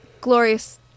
glorious